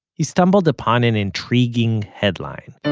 he stumbled upon an intriguing headline